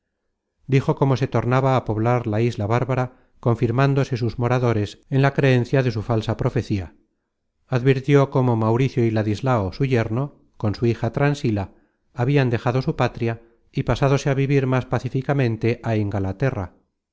dijo cómo se tornaba á poblar la isla bárbara confirmándose sus moradores en la creencia de su falsa profecía advirtió cómo mauricio y ladislao su yerno con su hija transila habian dejado su patria y pasádose á vivir más pacíficamente á ingalaterra